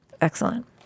Excellent